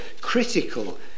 critical